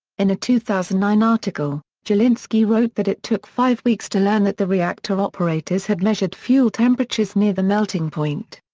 in a two thousand and nine article, gilinsky wrote that it took five weeks to learn that the reactor operators had measured fuel temperatures near the melting point.